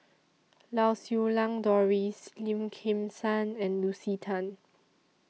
Lau Siew Lang Doris Lim Kim San and Lucy Tan